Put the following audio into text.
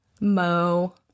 Mo